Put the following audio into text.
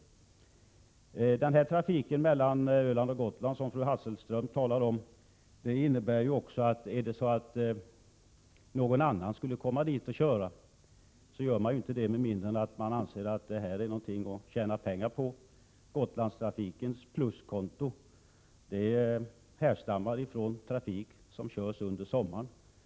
När det gäller trafiken mellan Öland och Gotland som fru Hasselström Nyvall talade för, måste man ju säga sig att om ett annat rederi kom och ville trafikera den linjen måste det bero på att det är något man kan tjäna pengar på. Lönsamheten i Gotlandstrafiken härstammar från den trafik som körs under sommaren.